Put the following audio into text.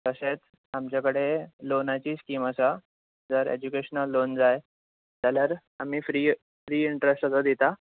तशेंच आमचे कडेन लोनाचीय स्किम आसा जर एज्युकेशनल लोन जाय जाल्यार आमी फ्री फ्री इंट्रस्ट ताजो दिता